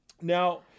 Now